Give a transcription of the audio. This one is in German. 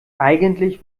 eigentlich